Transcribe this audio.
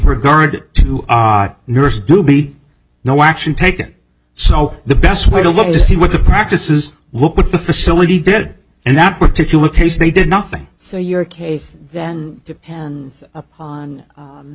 regard to nurse to be no action taken so the best way to look to see what the practice is what the facility did and that particular case they did nothing so your case then depends upon